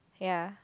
ya